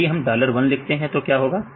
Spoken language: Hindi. यदि हम डॉलर 1 लिखते हैं तो क्या होगा